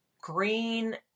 green